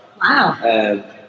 Wow